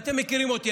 אתם מכירים אותי,